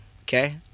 Okay